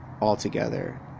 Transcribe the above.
altogether